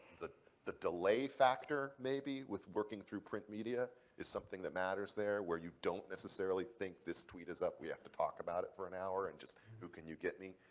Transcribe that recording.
the the delay factor, maybe, with working through print media is something that matters there, where you don't necessarily think, this tweet is up. we have to talk about it for um hour, and just who can you get me?